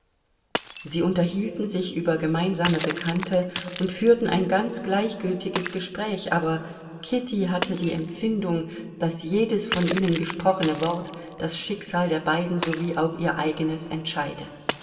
sie unterhielten sich über gemeinsame bekannte und führten ein ganz gleichgültiges gespräch aber kitty hatte die empfindung daß jedes von ihnen gesprochene wort das schicksal der beiden sowie auch ihr eigenes entscheide